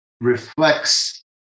reflects